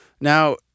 Now